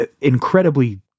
incredibly